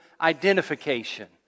identification